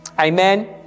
Amen